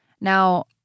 Now